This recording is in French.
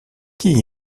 qui